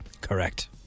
correct